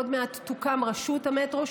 עוד מעט תוקם רשות המטרו,